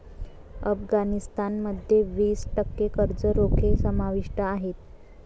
अफगाणिस्तान मध्ये वीस टक्के कर्ज रोखे समाविष्ट आहेत